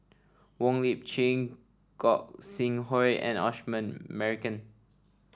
Wong Lip Chin Gog Sing Hooi and Osman Merican